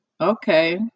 okay